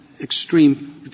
extreme